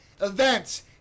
events